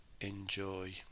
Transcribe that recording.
Enjoy